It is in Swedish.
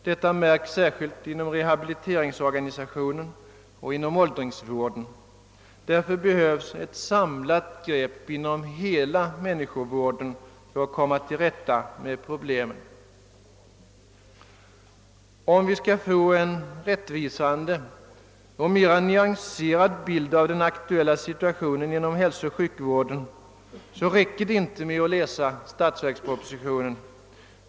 Detta märks särskilt inom rehabiliteringsorganisationen och inom åldringsvården. Därför behövs ett samlat grepp inom hela människovården, för att vi skall komma till rätta med problemen. För att vi skall få en rättvisande och mer nyanserad bild av den aktuella situationen inom hälsooch sjukvården räcker det inte med att läsa statsverkspropositionen.